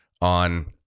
on